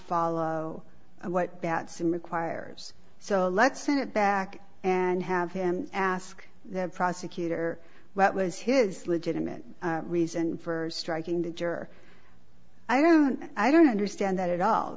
follow what batson requires so let's send it back and have him ask the prosecutor what was his legitimate reason for striking the juror i don't i don't understand that at all